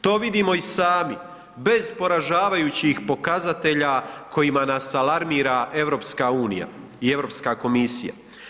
To vidimo i sami bez poražavajući pokazatelja kojima nas alarmira EU i Europska komisija.